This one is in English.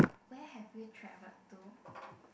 where have you travelled to